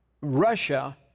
Russia